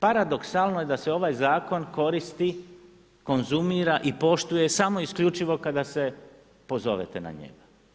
Paradoksalno je da se ovaj zakon koristi konzumira i poštiva samo isključivo kada se pozovete na njega.